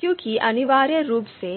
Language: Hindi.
क्योंकि अनिवार्य रूप से